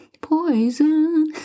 Poison